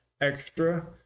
Extra